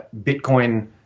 Bitcoin